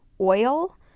oil